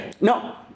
No